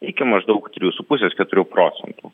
iki maždaug trijų su pusės keturių procentų